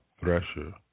Thresher